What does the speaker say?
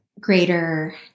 greater